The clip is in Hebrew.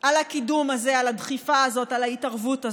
על הקידום הזה, על הדחיפה הזאת, על ההתערבות הזאת.